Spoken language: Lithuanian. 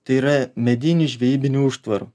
tai yra medinių žvejybinių užtvarų